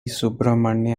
subramania